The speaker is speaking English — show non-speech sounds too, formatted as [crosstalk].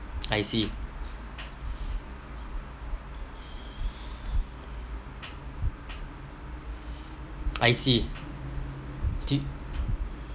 mm I see [noise] I see do